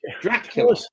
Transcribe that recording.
Dracula